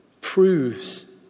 proves